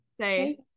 Say